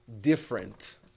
different